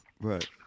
Right